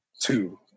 two